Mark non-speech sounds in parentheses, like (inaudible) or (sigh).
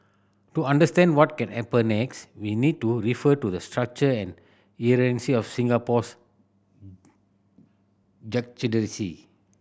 to understand what can happen next we need to refer to the structure and (unintelligible) of Singapore's (unintelligible)